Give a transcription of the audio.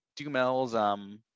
Dumel's